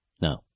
No